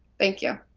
thank you.